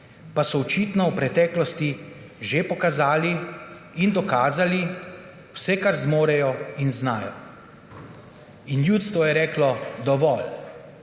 pa so očitno v preteklosti že pokazali in dokazali vse, kar zmorejo in znajo. In ljudstvo je reklo dovolj,